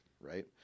Right